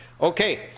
okay